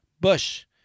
Bush